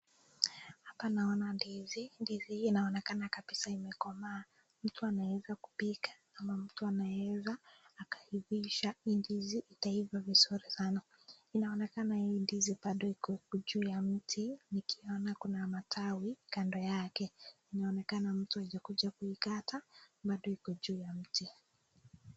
Hpa naona ndizi, ndizi hii inaonekana kabisaa imekomaa , mtu anaweza kupika ama mtu anaweza ivisha ,hii ndizi itaiva vizuri sana inaonekana hii nmdizi bado iko huku juu ya mti, nikiona kuna matawi kando yake, inaonekana mtu hajakuja kuikata bado iko juu ya mti.